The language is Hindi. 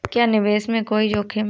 क्या निवेश में कोई जोखिम है?